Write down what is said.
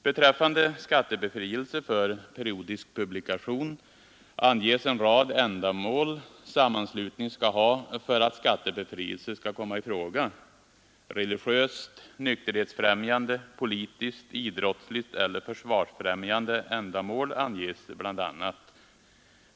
Beträffande skattebefrielse för periodisk publikation anges en rad ändamål sammanslutning skall ha för att skattebefrielse skall komma i fråga. Religiöst, nykterhetsfrämjande, politiskt, idrottsligt eller försvarsfrämjande ändamål anges bl.a.